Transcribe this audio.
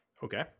Okay